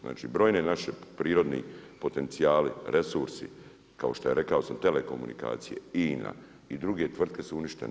Znači brojni naši prirodni potencijali resursi kao što je rekao sam telekomunikacije, INA i druge tvrtke su uništene.